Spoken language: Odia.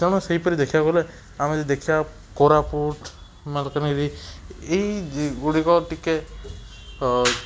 ତେଣୁ ସେହିପରି ଦେଖିବାକୁ ଗଲେ ଆମେ ଯଦି ଦେଖିବା କୋରାପୁଟ ମାଲକାନଗିରି ଏହିଗୁଡ଼ିକ ଟିକିଏ